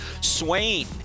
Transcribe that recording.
Swain